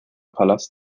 palast